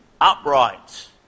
upright